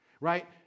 Right